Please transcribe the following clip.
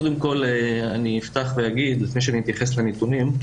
קודם כל אני אפתח ואגיד לפני שאני אתייחס לנתונים,